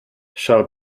charles